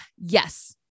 yes